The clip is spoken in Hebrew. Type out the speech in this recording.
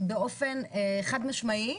באופן חד משמעי,